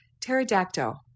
pterodactyl